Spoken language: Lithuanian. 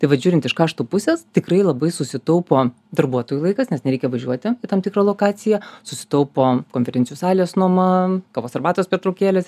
tai vat žiūrint iš kaštų pusės tikrai labai susitaupo darbuotojų laikas nes nereikia važiuoti į tam tikrą lokaciją susitaupo konferencijų salės nuoma kavos arbatos pertraukėlės